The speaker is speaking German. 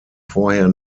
vorher